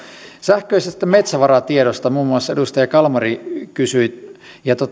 sähköisestä metsävaratiedosta muun muassa edustaja kalmari kysyi ja